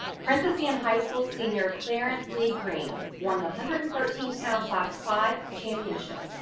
princess anne high school senior clearance lee green one a hundred and thirteen pound class five championship.